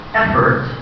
effort